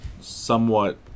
somewhat